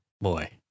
Boy